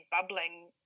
bubbling